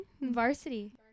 Varsity